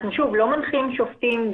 אנחנו לא מנחים שופטים,